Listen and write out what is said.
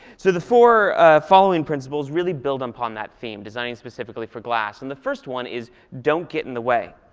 so, the four following principles really build upon that theme, designing specifically for glass. and the first one is don't get in the way.